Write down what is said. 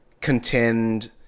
contend